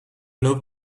loopt